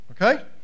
Okay